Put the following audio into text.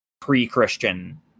pre-Christian